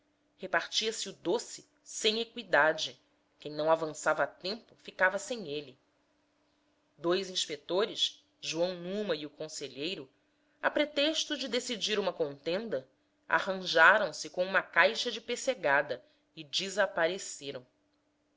pontapés repartia se o doce sem eqüidade quem não avançava a tempo ficava sem ele dois inspetores joão numa e o conselheiro a pretexto de decidir uma contenda arranjaram se com uma caixa de pessegada e desapareceram